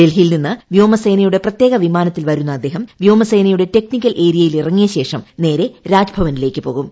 ഡൽഹിയിൽ നിന്ന് വ്യോമസേനയുടെ പ്രത്യേക വിമാനത്തിൽ വരുന്ന അദ്ദേഹം വ്യോമ്സെന്റിയുടെ ടെക്നിക്കൽ ഏരിയയിൽ ഇറങ്ങിയ ശേഷം നേക്ക് രിജ്ഭവിനിലേക്ക് പോകും